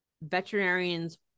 veterinarians